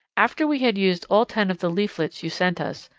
after we had used all ten of the leaflets you sent us,